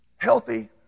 Healthy